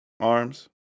Arms